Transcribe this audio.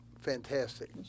fantastic